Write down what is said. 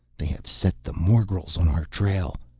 they have set the morgels on our trail!